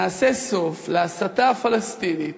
נעשה סוף להסתה הפלסטינית,